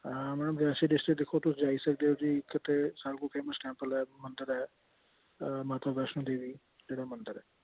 हां madam Reasi district दिक्खो तुस जाई सकदे ओ इक ते साढ़े कोल फेमस टैंपल ऐ मंदर ऐ माता बैश्णो देवी जेह्ड़ा मंदर ऐ